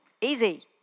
Easy